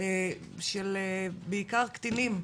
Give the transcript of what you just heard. של בעיקר קטינים,